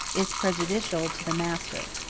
is prejudicial to the master.